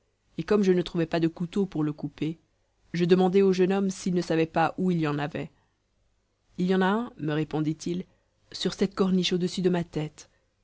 et comme je ne trouvais pas de couteau pour le couper je demandai au jeune homme s'il ne savait pas où il y en avait il y en a un me répondit-il sur cette corniche audessus de ma tête